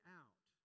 out